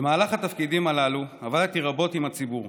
במהלך התפקידים הללו עבדתי רבות עם הציבור.